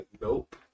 Nope